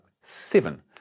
seven